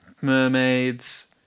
Mermaids